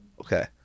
Okay